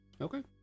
Okay